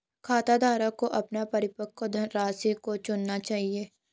खाताधारक को अपने परिपक्व धनराशि को चुनना चाहिए